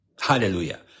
Hallelujah